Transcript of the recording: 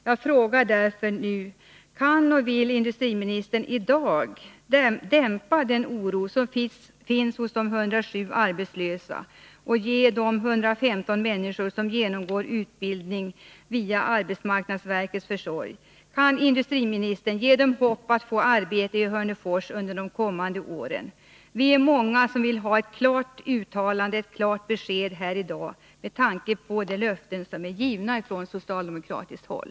Jag frågar därför: Kan industriministern i dag dämpa den oro som finns hos de 107 arbetslösa och ge de 115 människor som genomgår utbildning via arbetsmarknadsverkets försorg hopp om att få arbete i Hörnefors under de kommande åren? Vi är många som vill ha ett klart uttalande och ett besked i dag, med tanke på de löften som är givna från socialdemokratiskt håll.